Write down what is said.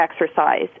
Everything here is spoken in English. exercise